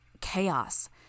Chaos